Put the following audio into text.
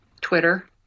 Twitter